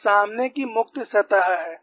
वह सामने की मुक्त सतह है